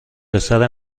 پسر